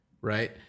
right